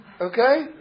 Okay